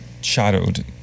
shadowed